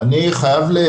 אני חייב לא